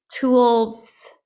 tools